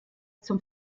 zum